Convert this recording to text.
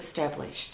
established